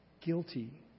Guilty